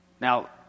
Now